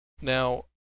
Now